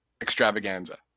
extravaganza